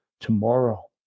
tomorrow